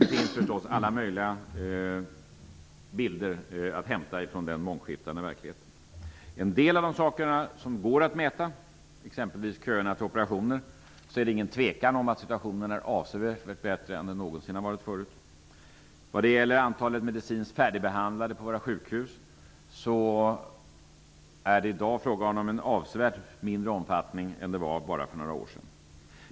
Det finns förstås alla möjliga bilder att hämta från den mångskiftande verkligheten. En del av de här sakerna går att mäta, exempelvis köerna till operationer. Det råder inget tvivel om att situationen är avsevärt bättre än den någonsin har varit förut. Antalet medicinskt färdigbehandlade på våra sjukhus är i dag avsevärt färre än bara för några år sedan.